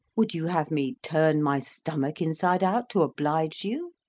would you have me turn my stomach inside out to oblige you?